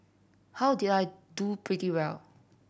how did I do pretty well